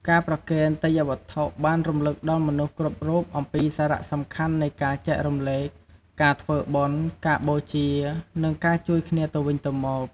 ការប្រគេនទេយ្យវត្ថុ បានរំលឹកដល់មនុស្សគ្រប់រូបអំពីសារៈសំខាន់នៃការចែករំលែក ការធ្វើបុណ្យ ការបូជា និងការជួយគ្នាទៅវិញទៅមក។